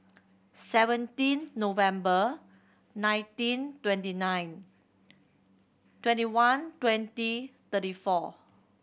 seventeen November nineteen twenty nine twenty one twenty thirty four